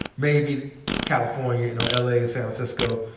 maybe california, you know l. a. and san francisco,